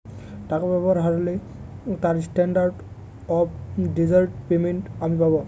টাকা ব্যবহার হারলে তার স্ট্যান্ডার্ড অফ ডেজার্ট পেমেন্ট আমি পাব